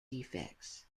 defects